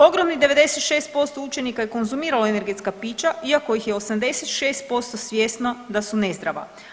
Ogromnih 96% učenika je konzumiralo energetska pića iako ih je 86% svjesno da su nezdrava.